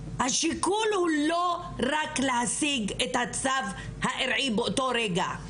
השיקול הוא לא רק להשיג את הצו הארעי באותו רגע,